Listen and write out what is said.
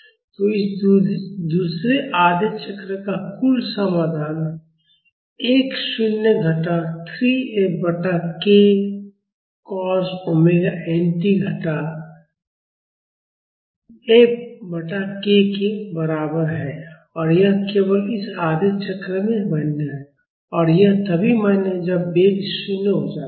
तो इस दूसरे आधे चक्र का कुल समाधान x शून्य घटा 3 F बटा k cos omega n t घटा F बटा k के बराबर है और यह केवल इस आधे चक्र में मान्य है और यह तभी मान्य है जब वेग 0 हो जाता है